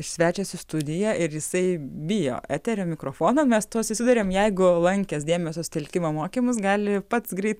svečias į studiją ir jisai bijo eterio mikrofono mes su tuo susiduriam jeigu lankęs dėmesio sutelkimo mokymus gali pats greit